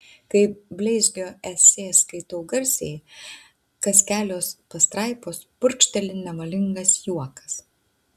kai bleizgio esė skaitau garsiai kas kelios pastraipos purkšteli nevalingas juokas